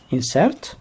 Insert